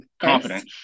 confidence